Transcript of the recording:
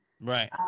Right